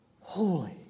Holy